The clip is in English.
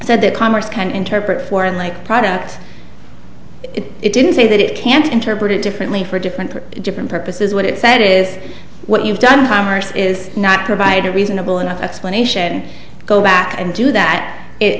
said that congress can interpret for like product it didn't say that it can't interpret it differently for different for different purposes what it said is what you've done commerce is not provide a reasonable enough explanation go back and do that i